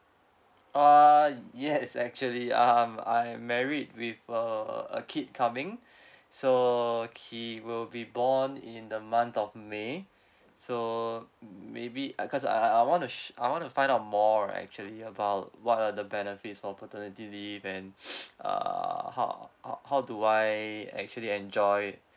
uh yes actually um I'm married with a a a kid coming so he will be born in the month of may so maybe I cause I I I wanna sh~ I wanna find out more actually about what are the benefits for paternity leave and err how h~ how do I actually enjoy